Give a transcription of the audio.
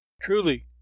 truly